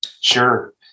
Sure